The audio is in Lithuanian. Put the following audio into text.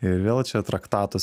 ir vėl čia traktatus